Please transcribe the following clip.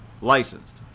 licensed